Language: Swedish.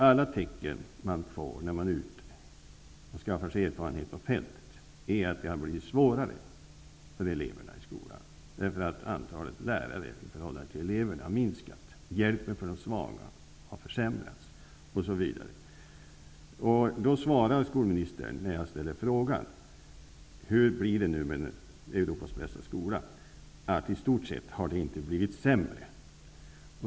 Alla tecken man ser när man är ute och skaffar sig erfarenheter på fältet är att det har blivit svårare för eleverna i skolan, därför att antalet lärare i förhållande till elever har minskat. Hjälpen till de svaga har försämrats. När jag ställer frågan hur det blir med Europas bästa skola, svarar skolministern att det i stort sett inte har blivit sämre.